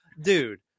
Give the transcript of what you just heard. Dude